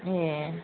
ए